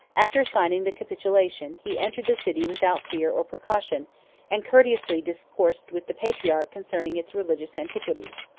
after signing the capitulation, he entered the city without fear or precaution and courteously discoursed with the patriarch concerning its religious antiquities.